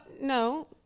no